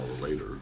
later